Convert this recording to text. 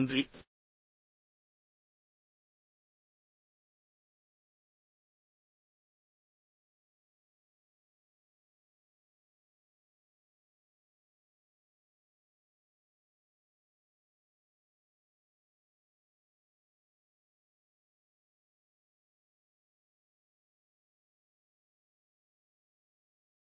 நன்றி